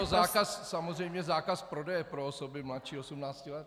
Je to samozřejmě zákaz prodeje pro osoby mladší 18 let.